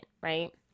right